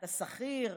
אתה שכיר?